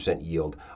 yield